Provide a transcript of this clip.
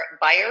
buyer